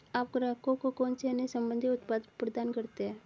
आप ग्राहकों को कौन से अन्य संबंधित उत्पाद प्रदान करते हैं?